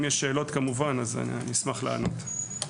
כמובן שאם יש שאלות אשמח לענות.